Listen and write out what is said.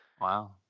Wow